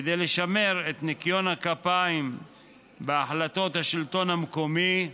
כדי לשמור על ניקיון הכפיים בהחלטות השלטון המקומי,